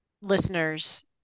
listeners